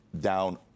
down